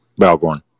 Balgorn